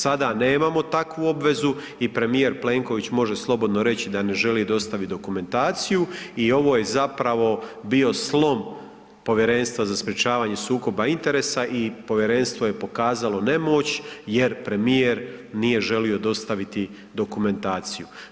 Sada nemamo takvu obvezu i premijer Plenković može slobodno reći da ne želi dostaviti dokumentaciju i ovo je zapravo bio slom Povjerenstva za sprječavanje sukoba interesa i povjerenstvo je pokazalo nemoć jer premijer nije želio dostaviti dokumentaciju.